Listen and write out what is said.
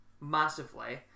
massively